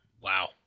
Wow